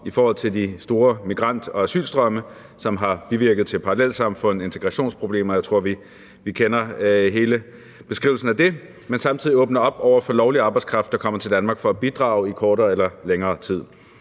i forhold til de store migrant- og asylstrømme, som har medført parallelsamfund, integrationsproblemer – jeg tror, vi kender hele beskrivelsen af det – og på den anden side åbner op for lovlig arbejdskraft, der kommer til Danmark for at bidrage i kortere eller længere tid.